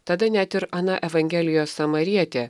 tada net ir ana evangelijos samarietė